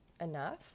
enough